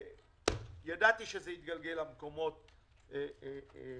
ידעתי שזה יתגלגל למקומות האלה.